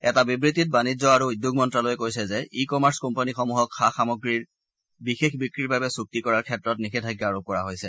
এটা বিবৃতিত বাণিজ্য আৰু উদ্যোগ মন্ন্যালয়ে কৈছে যে ই কমাৰ্চ কোম্পানীসমূহক সা সামগ্ৰীৰ বিশেষ বিক্ৰীৰ বাবে চুক্তি কৰাৰ ক্ষেত্ৰত নিষেধাজ্ঞা আৰোপ কৰা হৈছে